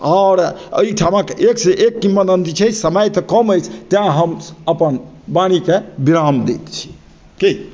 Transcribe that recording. आओर एहि ठामक एकसँ एक किम्वदन्ती छै समय तऽ कम अछि तैँ हम अपन वाणीके विराम दैत छी की